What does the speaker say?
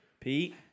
Pete